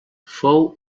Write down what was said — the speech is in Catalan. fou